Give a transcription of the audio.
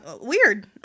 weird